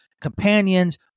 companions